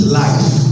life